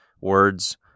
words